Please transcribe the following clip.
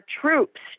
troops